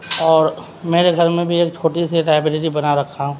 اور میرے گھر میں بھی ایک چھوٹی سی لائبریری بنا رکھا ہوں